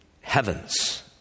heavens